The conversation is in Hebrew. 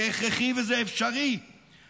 זה הכרחי וזה אפשרי -- תודה רבה.